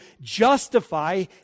justify